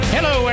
Hello